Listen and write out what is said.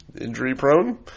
injury-prone